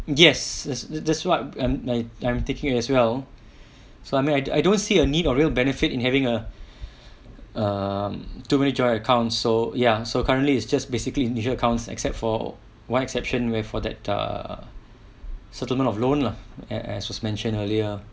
yes that's that's what I'm I'm taking as well so I mean I I don't see a need or real benefit in having a um too many joint account so ya so currently it's just basically initial accounts except for one exception where for that err settlement of loan lah as was mentioned earlier